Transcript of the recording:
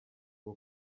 ngo